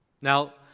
Now